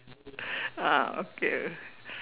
ah okay